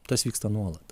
tas vyksta nuolat